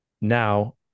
now